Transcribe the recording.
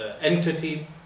entity